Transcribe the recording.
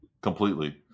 Completely